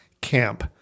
camp